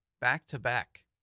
back-to-back